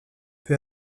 peu